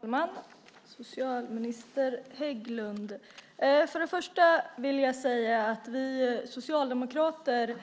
Fru talman! Till socialminister Hägglund vill jag först säga att vi socialdemokrater